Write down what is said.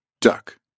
Duck